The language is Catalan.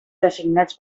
designats